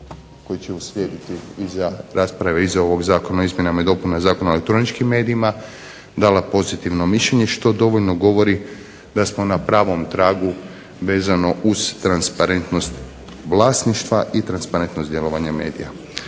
koji će uslijediti iza rasprave iza ovog Zakona o izmjenama i dopunama Zakona o elektroničkim medijima, dala pozitivno mišljenje, što dovoljno govori da smo na pravom tragu vezano uz transparentnost vlasništva, i transparentnost djelovanja medija.